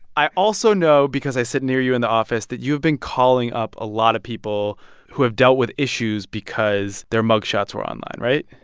i also know because i sit near you in the office that you have been calling up a lot of people who have dealt with issues because their mug shots were online, right?